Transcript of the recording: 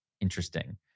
interesting